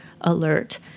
alert